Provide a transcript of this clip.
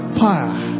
fire